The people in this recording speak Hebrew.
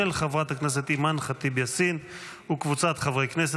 של חברת הכנסת אימאן ח'טיב יאסין וקבוצת חברי כנסת.